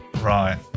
Right